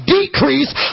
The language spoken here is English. decrease